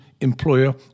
employer